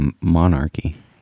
monarchy